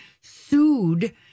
sued